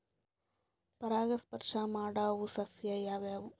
ಪರಾಗಸ್ಪರ್ಶ ಮಾಡಾವು ಸಸ್ಯ ಯಾವ್ಯಾವು?